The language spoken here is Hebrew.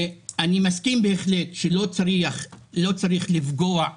אני מסכים בהחלט שלא צריך לפגוע באנשים,